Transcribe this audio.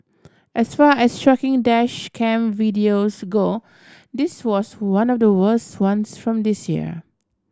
as far as shocking dash cam videos go this was one of the worst ones from this year